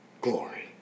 glory